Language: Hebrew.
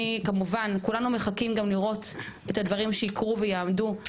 כולנו כבר מחכים לראות את הדברים שיקרו ויעמדו,